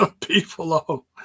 people